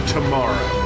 Tomorrow